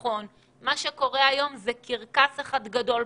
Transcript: מה שקורה היום זה קרקס אחד גדול.